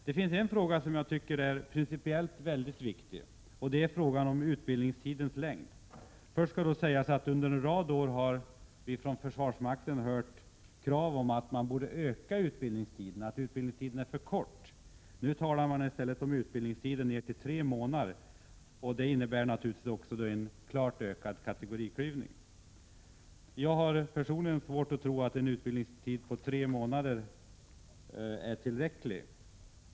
Det finns en fråga som är principiellt mycket viktig, och det är frågan om utbildningstidens längd. Först skall sägas att försvarsmakten under en rad år har framfört krav på att utbildningstiden är för kort och att den borde ökas. Nu talas det i stället om utbildningstider på ner till tre månader, och det innebär naturligtvis en klart ökad kategoriklyvning. Jag har personligen svårt att tro att en utbildningstid på tre månader är tillräcklig.